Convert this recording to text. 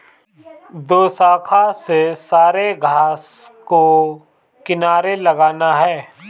दोशाखा से सारे घास को किनारे लगाना है